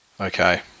Okay